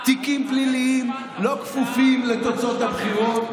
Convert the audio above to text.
תיקים פליליים לא כפופים לתוצאות הבחירות,